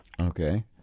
Okay